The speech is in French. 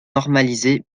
normalisé